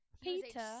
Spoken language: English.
Peter